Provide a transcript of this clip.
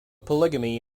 polygamy